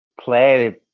play